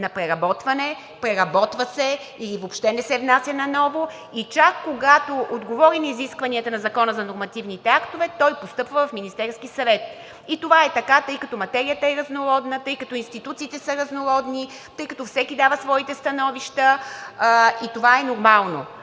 за преработване, преработва се или въобще не се внася и чак когато отговори на изискванията на Закона за нормативните актове, той постъпва в Министерския съвет. Това е така, тъй като материята е разнородна, тъй като институциите са разнородни, тъй като всеки дава своите становища и това е нормално,